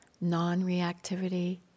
non-reactivity